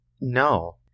no